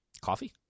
Coffee